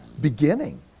beginning